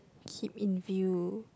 keep in view